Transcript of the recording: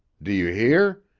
do you hear?